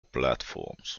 platforms